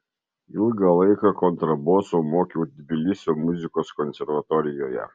ilgą laiką kontraboso mokiau tbilisio muzikos konservatorijoje